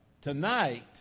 tonight